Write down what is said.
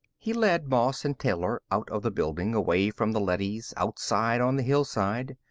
he led moss and taylor out of the building, away from the leadys, outside on the hillside.